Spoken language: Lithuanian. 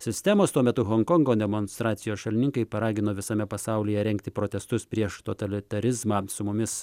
sistemos tuo metu honkongo demonstracijos šalininkai paragino visame pasaulyje rengti protestus prieš totalitarizmą su mumis